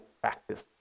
practice